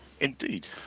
Indeed